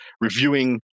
reviewing